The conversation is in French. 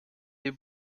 les